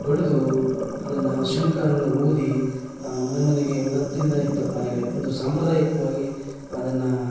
ಬಡಿದು ಅದನ್ನು ಶಂಖವನೆಲ್ಲಾ ಊದಿ ಮನೆ ಮನೆಗೆ ಒಂದು ಹತ್ತರಿಂದ ಇಪ್ಪತ್ತು ಮನೆಗೆ ಒಂದು ಸಾಂಪ್ರದಾಯಿಕವಾಗಿ ಅದನ್ನು